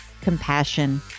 compassion